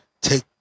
take